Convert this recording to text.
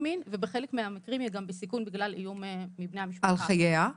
מין ובחלק מהמקרים היא גם בסיכון בגלל איום מבני המשפחה על חייה.